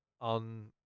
on